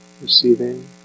receiving